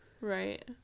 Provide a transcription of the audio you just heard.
Right